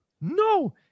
No